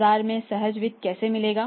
बाजार में सहज वित्त कैसे मिलेगा